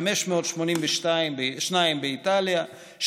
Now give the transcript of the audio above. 582 באיטליה,